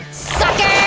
sucker!